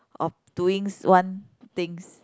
of doing one things